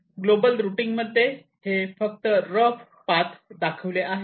global routing मध्ये हे फक्त रफ पाथ दाखविले आहेत